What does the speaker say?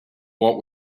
what